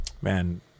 man